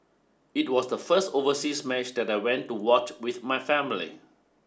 it was the first overseas match that I went to watch with my family